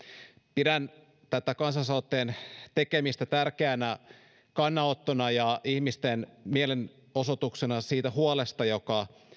pidän tämän kansalaisaloitteen tekemistä tärkeänä kannanottona ja ihmisten mielenosoituksena siitä huolesta joka